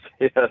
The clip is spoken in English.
yes